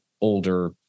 older